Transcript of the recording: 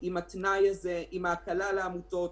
עם דד-ליין ברור לתוכנית